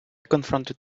confronted